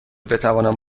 بتوانم